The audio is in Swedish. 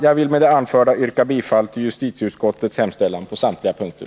Jag vill med det anförda yrka bifall till justitieutskottets hemställan på samtliga punkter.